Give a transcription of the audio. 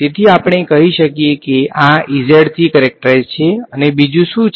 તેથી આપણે કહી શકીએ કે આ થી કરેક્ટરાઈઝ છે અને બીજું શું છે